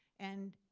and